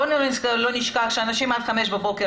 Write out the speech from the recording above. בואו לא נשכח שאנשים היו עד 5:00 בבוקר